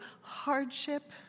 hardship